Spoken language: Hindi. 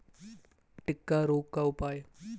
टिक्का रोग का उपाय?